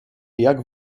jak